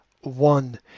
One